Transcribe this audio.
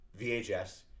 VHS